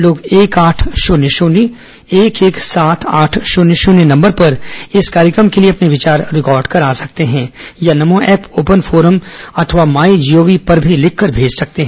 लोग एक आठ शून्य शून्य एक एक सात आठ शून्य शून्य नंबर पर इस कार्यक्रम के लिए अपने विचार रिकॉर्ड करा सकते हैं या नमो ऐप ओपन फोरम अथवा माई जीओवी पर भी लिखकर भेज सकते हैं